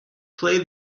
play